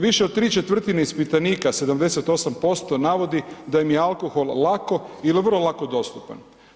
Više od 3/4 ispitanika 78% navodi da im je alkohol lako ili vrlo lako dostupan.